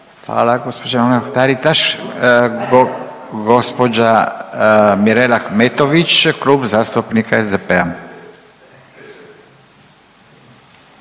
Hvala gospođo Mrak Taritaš. Gospođa Mirela Ahmetović, Klub zastupnika SDP-a.